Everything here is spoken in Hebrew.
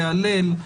להלל.